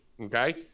okay